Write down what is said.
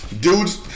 Dudes